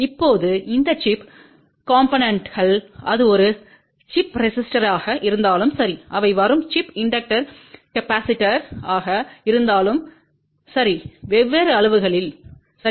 இப்போது இந்த சிப் காம்போனென்ட்கள் அது ஒரு சிப் ரெசிஸ்டோர்யாக இருந்தாலும் சரி அவை வரும் சிப் இண்டக்டர் கெபாசிடர்யாக இருந்தாலும் சர வெவ்வேறு அளவுகளில் சரி